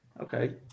Okay